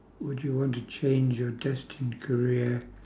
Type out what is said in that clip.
would you want to change your destined career